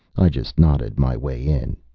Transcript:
i just nodded my way in.